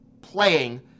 playing